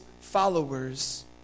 followers